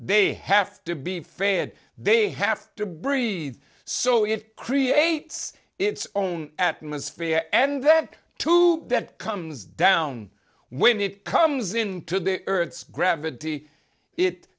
they have to be fair they have to breathe so it creates its own atmosphere and then to that comes down when it comes into the earth's gravity it